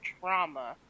trauma